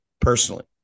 personally